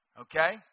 Okay